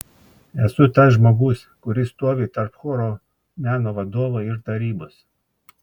esu tas žmogus kuris stovi tarp choro meno vadovo ir tarybos